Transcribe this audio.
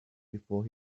before